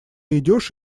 идешь